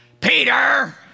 Peter